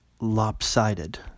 lopsided